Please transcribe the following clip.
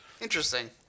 Interesting